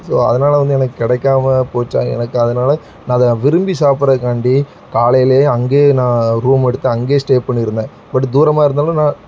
so அதனால் வந்து எனக்கு கிடைக்காம போச்சால் எனக்கு அதனால் நான் அதை விரும்பி சாப்பிட்றதுக்காண்டி காலையிலேயே அங்கேயே நான் ரூம் எடுத்து அங்கேயே ஸ்டே பண்ணிருந்தேன் பட்டு தூரமாக இருந்தாலும் நான்